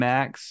Max